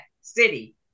city